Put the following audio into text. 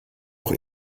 auch